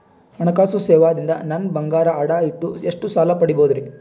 ಹಣಕಾಸು ಸೇವಾ ದಿಂದ ನನ್ ಬಂಗಾರ ಅಡಾ ಇಟ್ಟು ಎಷ್ಟ ಸಾಲ ಪಡಿಬೋದರಿ?